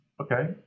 Okay